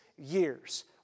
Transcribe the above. years